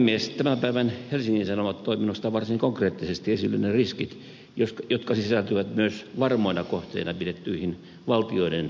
tämän päivän helsingin sanomat toi minusta varsin konkreettisesti esille ne riskit jotka sisältyvät myös varmoina kohteina pidettyihin valtioiden velkakirjoihin